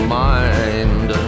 mind